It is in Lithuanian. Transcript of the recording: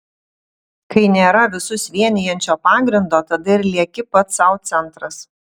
kai nėra visus vienijančio pagrindo tada ir lieki pats sau centras